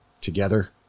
together